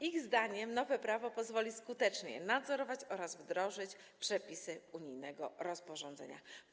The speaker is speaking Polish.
Ich zdaniem nowe prawo pozwoli skutecznie nadzorować oraz wdrożyć przepisy unijnego rozporządzenia.